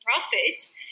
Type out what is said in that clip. profits